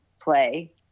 play